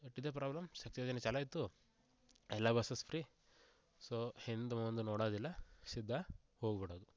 but ಇದೆ problem Shakti ಯೋಜನೆ ಚಾಲು ಆಯಿತು ಎಲ್ಲ ಬಸ್ಸಸ್ ಫ್ರೀ ಸೊ ಹಿಂದೆ ಮುಂದೆ ನೋಡೋದಿಲ್ಲ ಸಿದ್ದ ಹೋಗ್ಬಿಡೋದು